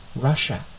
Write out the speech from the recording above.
Russia